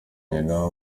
nyina